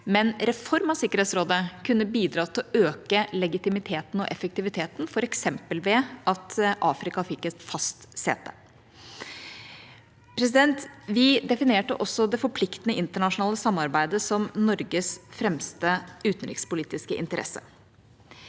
men reform av Sikkerhetsrådet kunne bidratt til å øke legitimiteten og effektiviteten, f.eks. ved at Afrika fikk et fast sete. Vi definerte også det forpliktende internasjonale samarbeidet som Norges fremste utenrikspolitiske interesse.